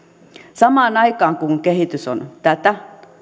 samaan aikaan kun kehitys on tätä